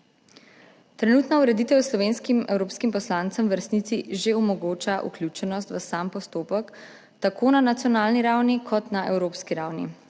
Trenutna ureditev slovenskim evropskim poslancem v resnici že omogoča vključenost v sam postopek tako na nacionalni ravni kot na evropski ravni.